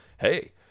Hey